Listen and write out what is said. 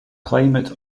climate